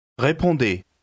Répondez